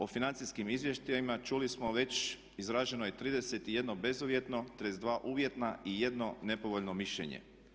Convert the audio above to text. O financijskim izvještajima čuli smo već izraženo je 31 bezuvjetno, 32 uvjetna i 1 nepovoljno mišljenje.